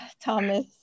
Thomas